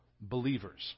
believers